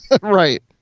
Right